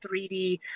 3D